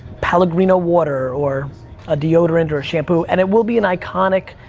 pellegrino water, or a deodorant, or a shampoo. and it will be and iconic,